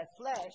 flesh